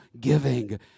giving